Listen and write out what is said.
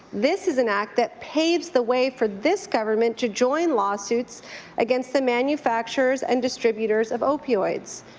this is an act that paves the way for this government to join lawsuits against the manufacturers and distributors of opioids.